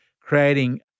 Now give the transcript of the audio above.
creating